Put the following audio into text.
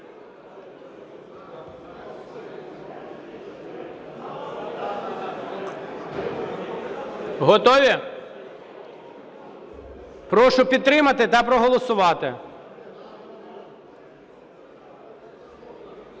Готові? Прошу підтримати та проголосувати.